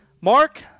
Mark